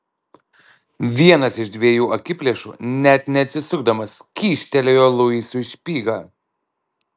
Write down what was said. vienas iš dviejų akiplėšų net neatsisukdamas kyštelėjo luisui špygą